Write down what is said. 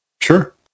Sure